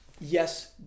Yes